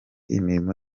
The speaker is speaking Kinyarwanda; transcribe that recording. imirimo